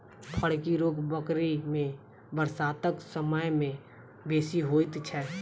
फड़की रोग बकरी मे बरसातक समय मे बेसी होइत छै